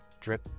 drip